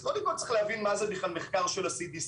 אז קודם כל, צריך להבין מה זה בכלל מחקר של ה-CDC.